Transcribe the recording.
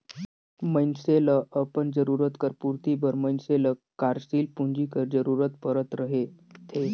मइनसे ल अपन जरूरत कर पूरति बर मइनसे ल कारसील पूंजी कर जरूरत परत रहथे